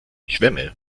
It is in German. schwämme